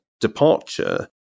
departure